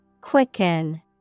Quicken